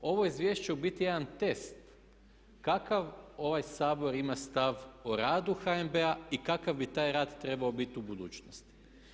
Ovo izvješće je u biti jedan test kakav ovaj Sabor ima stav o radu HNB-a i kakav bi taj rad trebao biti u budućnosti.